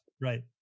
Right